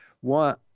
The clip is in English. one